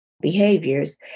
behaviors